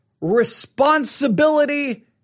responsibility